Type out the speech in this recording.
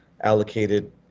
allocated